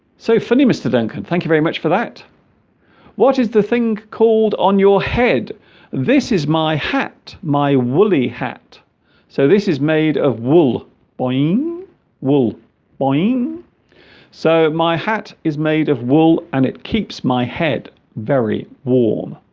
so funny mr. duncan thank you very much for that what is the thing called on your head this is my hat my woolly hat so this is made of wool buying wool boing so my hat is made of wool and it keeps my head very warm